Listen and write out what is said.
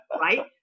right